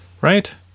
right